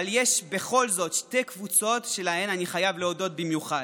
אבל יש בכל זאת שתי קבוצות שלהן אני חייב להודות במיוחד: